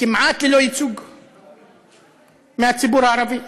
כמעט ללא ייצוג מהציבור הערבי.